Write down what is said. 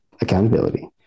accountability